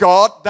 God